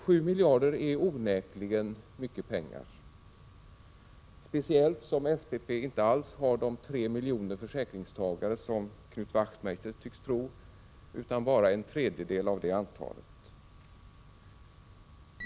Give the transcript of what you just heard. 7 miljarder är onekligen mycket pengar, speciellt som SPP inte alls har de 3 miljoner försäkringstagare som Knut Wachtmeister tycks tro, utan bara en tredjedel av det antalet.